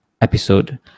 episode